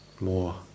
more